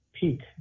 peak